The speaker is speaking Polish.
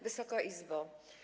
Wysoka Izbo!